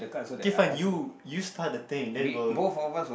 okay fine you you start the thing then we'll